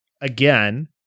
again